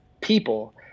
people